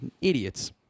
idiots